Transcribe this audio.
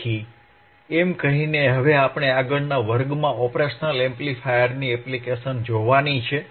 તેથી એમ કહીને હવે આપણે આગળના વર્ગમાં ઓપરેશનલ એમ્પ્લીફાયરની એપ્લિકેશન જોવાની છે